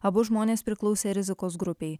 abu žmonės priklausė rizikos grupei